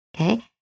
Okay